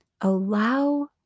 Allow